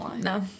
No